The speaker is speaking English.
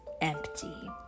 empty